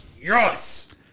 Yes